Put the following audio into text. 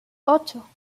ocho